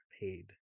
paid